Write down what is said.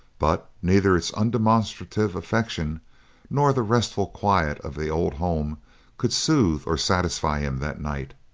but neither its undemonstrative affection nor the restful quiet of the old home could soothe or satisfy him that night.